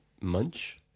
Munch